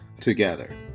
together